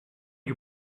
you